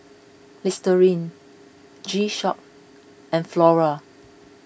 Listerine G Shock and Flora